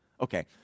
Okay